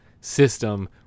system